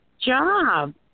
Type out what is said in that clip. job